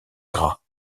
gras